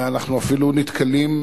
אנחנו אפילו נתקלים,